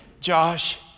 Josh